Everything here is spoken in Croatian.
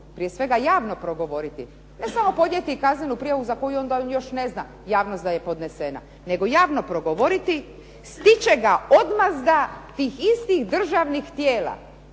prije svega javno progovoriti a ne samo podnijeti kaznenu prijavu za koju onda još ne zna javnost da je podnesena nego javno progovoriti stići će ga odmazda tih istih državnih tijela,